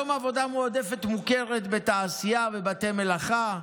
כיום עבודה מועדפת מוכרת בתעשייה ובבתי מלאכה,